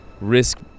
risk